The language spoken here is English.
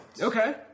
Okay